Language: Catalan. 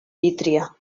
vítria